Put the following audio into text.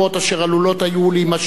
אשר עלולות היו להימשך